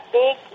big